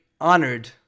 honored